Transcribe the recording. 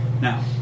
Now